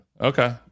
Okay